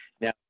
now